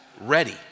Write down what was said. ready